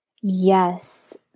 Yes